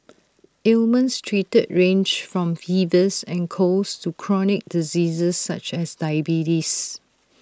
ailments treated range from fevers and colds to chronic diseases such as diabetes